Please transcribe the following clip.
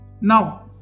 Now